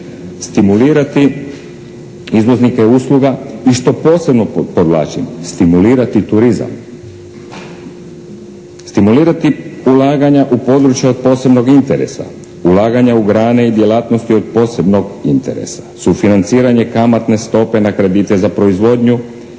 stimulirati izvoznike usluga i što posebno podvlačim stimulirati turizam, stimulirati ulaganja u područja od posebnog interesa, ulaganja u grane i djelatnosti od posebnog interesa, sufinanciranje kamatne stope na kredite za proizvodnju,